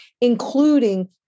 including